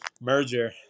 merger